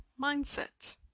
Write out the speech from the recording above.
mindset